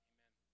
Amen